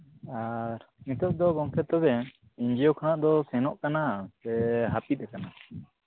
ᱟᱨ ᱱᱤᱛᱳᱜ ᱫᱚ ᱜᱚᱢᱠᱮ ᱛᱚᱵᱮ ᱮᱱᱡᱤᱭᱳ ᱠᱷᱚᱱᱟᱜ ᱫᱚ ᱥᱮᱱᱚᱜ ᱠᱟᱱᱟ ᱥᱮ ᱦᱟᱹᱯᱤᱫᱽ ᱟᱠᱟᱱᱟ